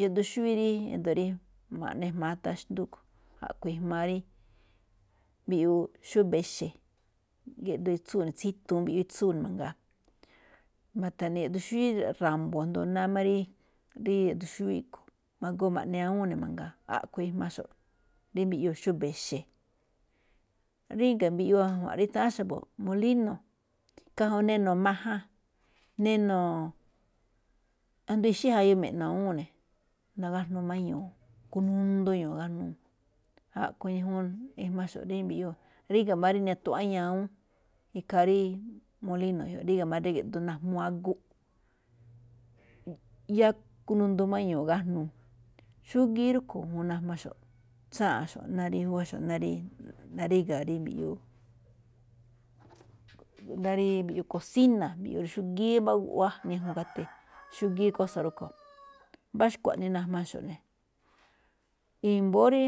Yaꞌduun xúwí ído̱ rí ma̱ꞌne jma̱á tháan xndú, a̱ꞌkhue̱n ijmaa rí mbiꞌyuu xúba̱ ixe̱, géꞌdoo itsúu ne̱, tsítuun mbiꞌyuu itsúu ne̱ mangaa. Ma̱tha̱ne̱ yaꞌduun xúwí ra̱mbo̱, asndo náá máꞌ rí- rí yaꞌduun xúwí a̱ꞌkhue̱n, ma̱goo ma̱ꞌne awúun ne̱ mangaa. a̱ꞌkhue̱n ijmaxo̱ꞌ rí mbiꞌyuu xúba̱ exe̱. Ríga̱ mbiꞌyuu ajua̱nꞌ rí nutháán xa̱bo̱, molíno̱, ikhaa ñajuun neno̱ majan, neno̱ asndo ixí jayu me̱ꞌno̱ awúun ne̱, nagájnuu máꞌ ño̱o̱, kunundu ño̱o̱ nagájnuu. A̱ꞌkhue̱n ñajuun ijmaxo̱ꞌ rí mbiꞌyuu, ríga̱ mbá rí nituaꞌán ñawún, ikhaa rí molíno̱ ge̱jioꞌ, ríga̱ máꞌ ríge̱ꞌ asndo na̱jmuu agu. yáá kunundu máꞌ ñu̱u̱ igájnuu, xúgíí rúꞌkue̱n juun najmaxo̱ꞌ, tsáa̱nꞌ ná rí juwaxo̱ꞌ ná rí ríga̱, mbiꞌyuu, ná rí mbiꞌyuu kosína̱, mbiꞌyuu xúgíí mbá guꞌwá gatí xúgíí kósa̱ rúꞌkhue̱n, mbá xkuaꞌnii najmaxo̱ꞌ ne̱. I̱mbóó rí